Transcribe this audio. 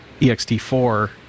EXT4